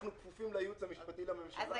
אנחנו כפופים לייעוץ המשפטי לממשלה.